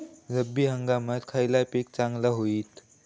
रब्बी हंगामाक खयला पीक चांगला होईत?